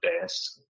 desk